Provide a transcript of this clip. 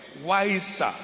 wiser